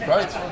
Right